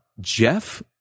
Jeff